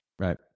right